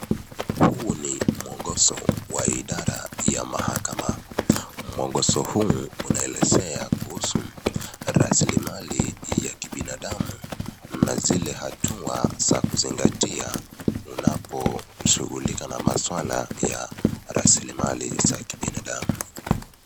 Huu ni mwongozo wa idara ya mahakama, mwongozo huu unaelezea kuhusu raslimali za kubinadamu na zile hatua ya kuzingatia unaposhughulika na maswala ya raslimali za kibinadamu.